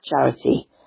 charity